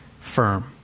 firm